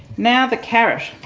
now the carrot.